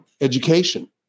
education